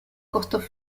costos